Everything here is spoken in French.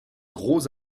gros